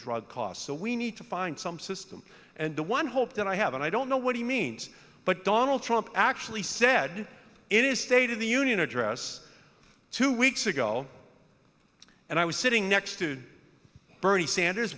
drug costs so we need to find some system and the one hope that i have and i don't know what he means but donald trump actually said in his state of the union address two weeks ago and i was sitting next to bernie sanders